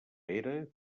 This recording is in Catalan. era